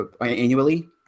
annually